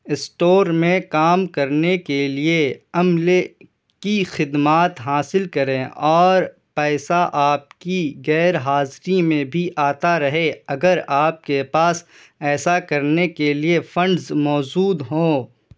store میں کام کرنے کے لیے عملے کی خدمات حاصل کریں اور پیسہ آپ کی غیر حاضری میں بھی آتا رہے اگر آپ کے پاس ایسا کرنے کے لیے فنڈز موجود ہوں